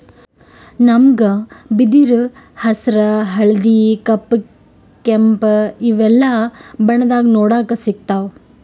ನಮ್ಗ್ ಬಿದಿರ್ ಹಸ್ರ್ ಹಳ್ದಿ ಕಪ್ ಕೆಂಪ್ ಇವೆಲ್ಲಾ ಬಣ್ಣದಾಗ್ ನೋಡಕ್ ಸಿಗ್ತಾವ್